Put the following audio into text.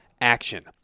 action